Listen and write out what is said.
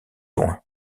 loin